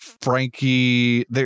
Frankie